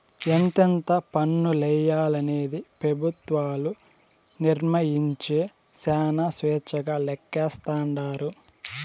ఎంతెంత పన్నులెయ్యాలనేది పెబుత్వాలు నిర్మయించే శానా స్వేచ్చగా లెక్కలేస్తాండారు